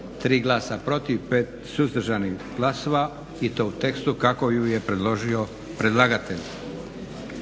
3 glasa protiv i 5 suzdržanih glasova, u tekstu kako ju je predložio predlagatelj.